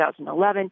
2011